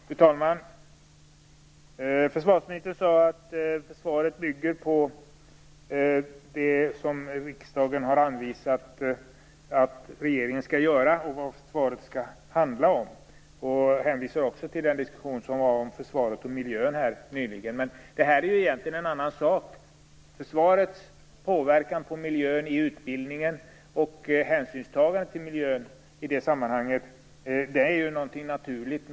Fru talman! Försvarsministern sade att försvaret bygger på det som riksdagen har sagt att regeringen skall göra och att försvaret skall handla om. Han hänvisar också till den diskussion om försvaret och miljön som nyligen fördes. Men det här är ju egentligen en annan sak. Försvarets påverkan på miljön i utbildningen och hänsynstagande till miljön i det sammanhanget är något naturligt.